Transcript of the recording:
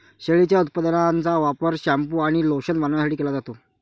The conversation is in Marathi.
शेळीच्या उपउत्पादनांचा वापर शॅम्पू आणि लोशन बनवण्यासाठी केला जातो